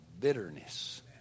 bitterness